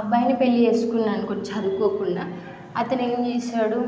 అబ్బాయిని పెళ్ళి చేసుకున్నాను అనుకో చదువుకోకుండా అతను ఏం చేస్తాడు